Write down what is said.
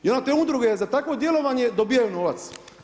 I onda te udruge za takvo djelovanje dobivaju novac.